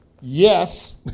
yes